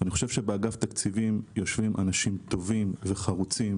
אני חושב שבאגף תקציבים יושבים אנשים טובים וחרוצים,